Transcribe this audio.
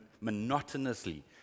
monotonously